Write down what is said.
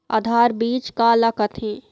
आधार बीज का ला कथें?